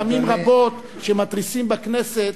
פעמים רבות שמתריסים בכנסת,